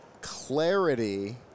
clarity